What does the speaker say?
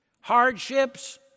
hardships